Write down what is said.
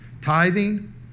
Tithing